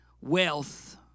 wealth